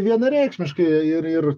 vienareikšmiškai ir ir